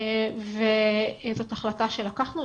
וזאת החלטה שקיבלנו.